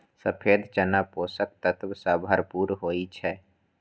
सफेद चना पोषक तत्व सं भरपूर होइ छै